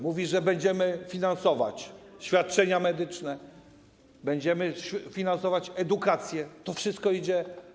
Mówi, że będziemy finansować świadczenia medyczne, będziemy finansować edukację, to wszystko idzie.